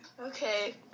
Okay